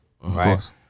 right